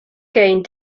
gained